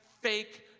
fake